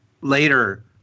later